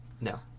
No